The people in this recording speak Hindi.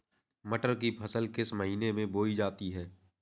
मटर की फसल किस महीने में बोई जाती है?